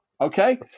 Okay